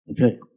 Okay